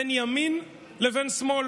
בין ימין לבין שמאל.